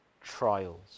trials